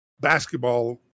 basketball